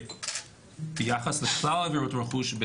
ביחס לכלל עבירות רכוש,